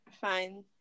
fine